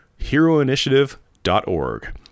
heroinitiative.org